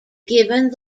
given